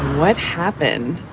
what happened?